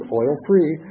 oil-free